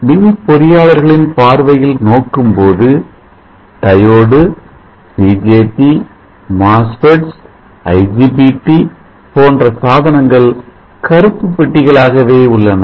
மின் பொறியாளர்களின் பார்வையில் நோக்கும்போது டையோடு BJT MOSFETS IGBT போன்ற சாதனங்கள் கறுப்பு பெட்டிகள் ஆகவே உள்ளன